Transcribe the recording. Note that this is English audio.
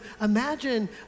imagine